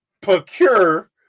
procure